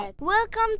Welcome